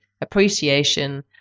appreciation